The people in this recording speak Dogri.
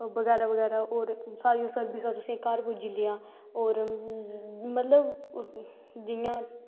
बगैरा बगैरा होर सारियां सर्विंसां तुसेंगी घर पुज्जी जंदियां और मतलव जियां